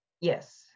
Yes